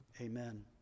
amen